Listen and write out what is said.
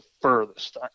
furthest